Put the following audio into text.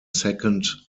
second